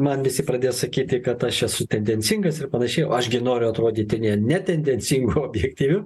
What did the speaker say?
man visi pradės sakyti kad aš esu tendencingas ir panašiai o aš gi noriu atrodyti ne tendencingu o objektyviu